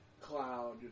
cloud